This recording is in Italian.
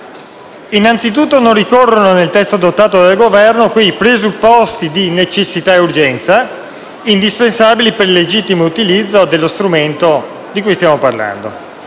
Innanzitutto non ricorrono, nel testo adottato dal Governo, quei presupposti di necessità ed urgenza indispensabili per il legittimo utilizzo dello strumento di cui stiamo parlando.